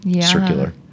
Circular